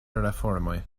reformoj